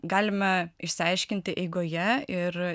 galime išsiaiškinti eigoje ir